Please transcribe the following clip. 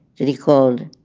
that he called.